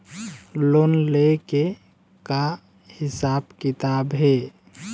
Loan ले के का हिसाब किताब हे?